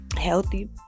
Healthy